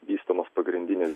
vystomas pagrindinis